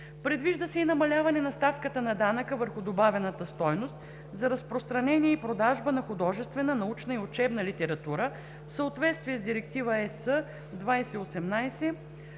Предвижда се и намаляване на ставката на данъка върху добавената стойност за разпространение и продажба на художествена, научна и учебна литература в съответствие с Директива (ЕС)